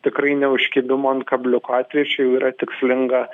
tikrai ne už kibimo ant kabliuko atvejis čia jau yra tikslinga